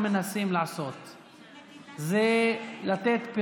זה בסדר או לא